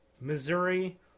Missouri